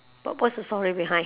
but what's the story behind